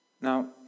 Now